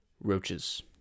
roaches